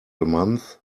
month